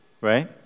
right